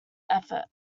effort